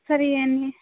సరే ఇయ్యండి